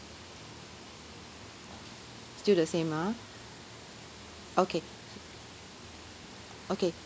still the same ah okay okay